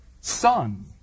son